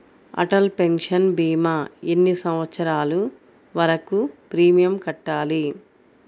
Atal pension భీమా ఎన్ని సంవత్సరాలు వరకు ప్రీమియం కట్టాలి?